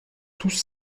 tous